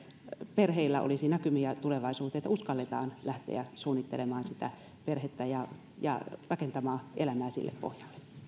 perheillä olisi näkymiä tulevaisuuteen uskalletaan lähteä suunnittelemaan perhettä ja ja rakentamaan elämää sille pohjalle